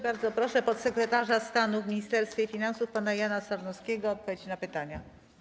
Bardzo proszę podsekretarza stanu w Ministerstwie Finansów pana Jana Sarnowskiego o odpowiedź na pytania.